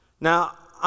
now